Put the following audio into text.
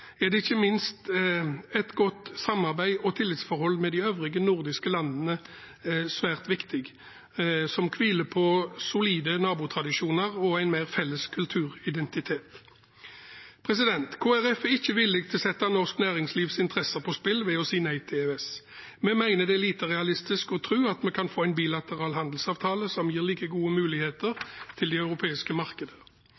er ikke minst et godt samarbeid og tillitsforhold med de øvrige nordiske landene, som hviler på solide nabotradisjoner og en mer felles kulturidentitet, svært viktig. Kristelig Folkeparti er ikke villig til å sette norsk næringslivs interesser på spill ved å si nei til EØS. Vi mener det er lite realistisk å tro at vi kan få en bilateral handelsavtale som gir like gode muligheter